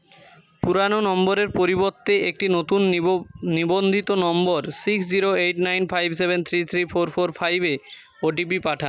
পুরানো নম্বরের পরিবর্তে একটি নতুন নিব নিবন্ধিত নম্বর six zero eight nine five seven three three four four five O T P পাঠান